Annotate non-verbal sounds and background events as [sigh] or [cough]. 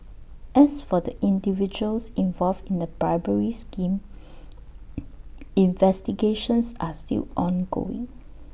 as for the individuals involved in the bribery scheme [noise] investigations are still ongoing